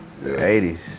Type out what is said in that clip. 80s